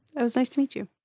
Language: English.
it was nice to meet you